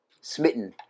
smitten